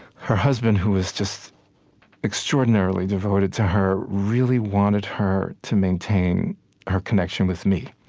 her husband, who was just extraordinarily devoted to her, really wanted her to maintain her connection with me.